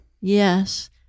Yes